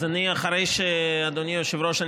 אדוני היושב-ראש,